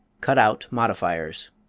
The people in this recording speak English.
cut out modifiers.